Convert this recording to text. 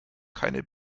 keine